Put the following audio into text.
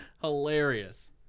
hilarious